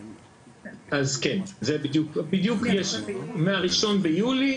כן, מה-1 ביולי,